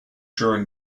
during